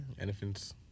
Anything's